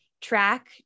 track